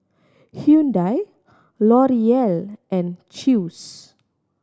Hyundai L'Oreal and Chew's